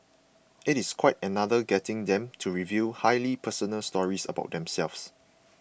it is quite another getting them to reveal highly personal stories about themselves